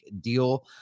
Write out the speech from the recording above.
deal